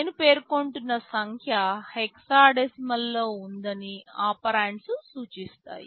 నేను పేర్కొంటున్న సంఖ్య హెక్సాడెసిమల్లో ఉందని ఆంపర్సండ్ సూచిస్తాయి